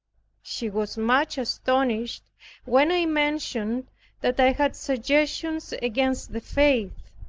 she was much astonished when i mentioned that i had suggestions against the faith,